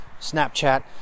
Snapchat